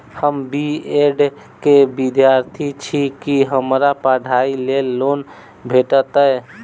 हम B Ed केँ विद्यार्थी छी, की हमरा पढ़ाई लेल लोन भेटतय?